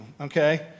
okay